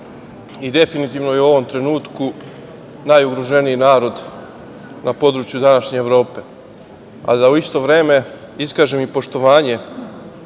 i definitivno u ovom trenutku, je najugroženiji narod na području današnje Evrope. Želim da u isto vreme iskažem i poštovanje